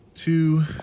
Two